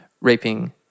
raping